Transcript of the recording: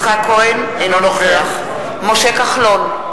אינו נוכח משה כחלון,